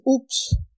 oops